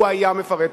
הוא היה מפרט אותה.